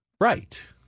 Right